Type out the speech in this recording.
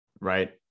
Right